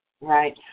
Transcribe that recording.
right